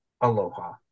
aloha